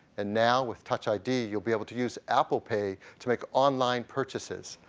and now, with touch id, you'll be able to use apple pay to make online purchases.